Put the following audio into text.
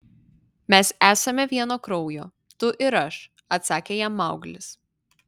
mes esame vieno kraujo tu ir aš atsakė jam mauglis